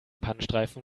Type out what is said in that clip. pannenstreifen